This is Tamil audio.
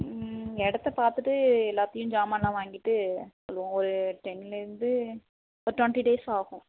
ம் இடத்த பார்த்துட்டு எல்லாத்தையும் ஜாமானெலாம் வாங்கிகிட்டு சொல்லுவோம் ஒரு டென்லிருந்து ஒரு டொண்ட்டி டேஸ் ஆகும்